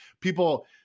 People